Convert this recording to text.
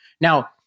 Now